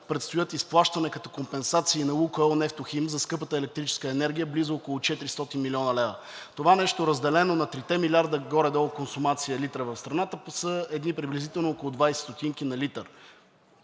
предстоят изплащане като компенсации на „Лукойл Нефтохим“ за скъпата електрическа енергия близо около 400 млн. лв. Това нещо, разделено на трите милиарда горе-долу консумация литри в страната, са едни приблизително около 20 ст. на литър,